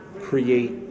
create